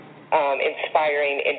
inspiring